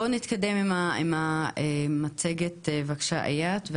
בואו נתקדם עם המצגת בבקשה איאת,